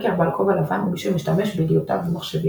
האקר בעל כובע לבן הוא מי שמשתמש בידיעותיו במחשבים